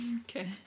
Okay